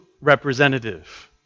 representative